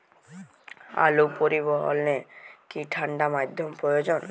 আলু পরিবহনে কি ঠাণ্ডা মাধ্যম প্রয়োজন?